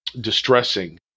distressing